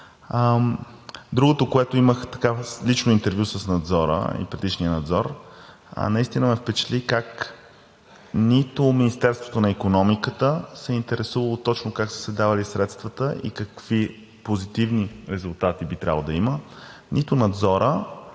Другото, което имах в лично интервю с Надзора и предишния Надзор. Наистина ме впечатли как нито Министерството на икономиката се е интересувало точно как са се давали средствата и какви позитивни резултати би трябвало да има, нито Надзорът,